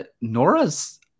Nora's